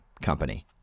company